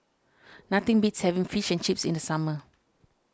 nothing beats having Fish and Chips in the summer